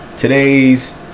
Today's